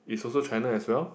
it's also China as well